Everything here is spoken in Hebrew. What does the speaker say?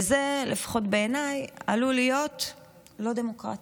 וזה, לפחות בעיניי, עלול להיות לא דמוקרטי.